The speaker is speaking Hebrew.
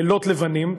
לילות לבנים.